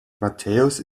matthäus